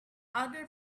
other